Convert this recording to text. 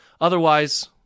otherwise